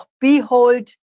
behold